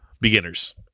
Beginners